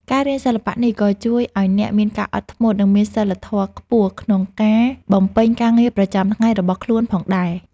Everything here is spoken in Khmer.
ការរៀនសិល្បៈនេះក៏ជួយឱ្យអ្នកមានការអត់ធ្មត់ និងមានសីលធម៌ខ្ពស់ក្នុងការបំពេញការងារប្រចាំថ្ងៃរបស់ខ្លួនផងដែរ។